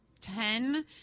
ten